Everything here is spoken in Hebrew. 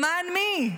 למען מי?